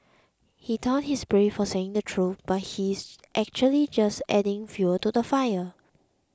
he thought he's brave for saying the truth but he's actually just adding fuel to the fire